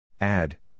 add